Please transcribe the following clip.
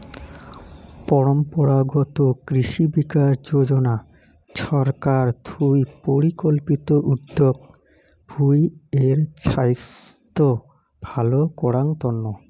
পরম্পরাগত কৃষি বিকাশ যোজনা ছরকার থুই পরিকল্পিত উদ্যগ ভূঁই এর ছাইস্থ ভাল করাঙ তন্ন